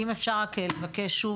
אם אפשר לבקש שוב,